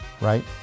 right